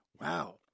Wow